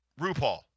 RuPaul